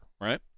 right